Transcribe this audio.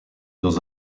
dans